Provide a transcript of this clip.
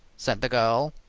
said the girl.